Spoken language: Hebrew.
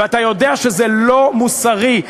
ואתה יודע שזה לא מוסרי,